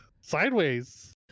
sideways